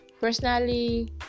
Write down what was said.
personally